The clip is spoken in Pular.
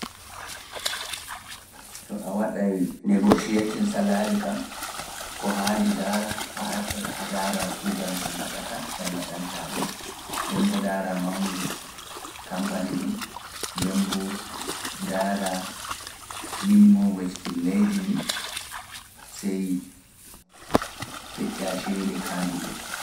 To a waɗae negosiyatin salaari kam, ko haandi ndaara a arta a raara kuugal ngal ngaɗata, ngal ngaɗanta ɓe, ndembo ndaara mangu kampani ɗum, ndembo ndaara minimo wecci ɗum leydi ndi, sey peƴƴa ceede kaandu ɗe.